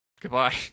goodbye